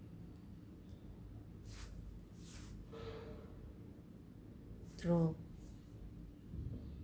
true